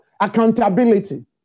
accountability